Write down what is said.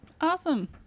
Awesome